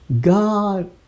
God